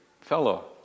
fellow